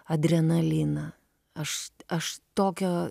adrenaliną aš aš tokio